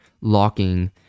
locking